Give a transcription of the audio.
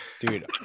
dude